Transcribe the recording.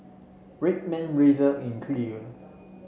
Red Man Razer and Clear